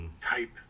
type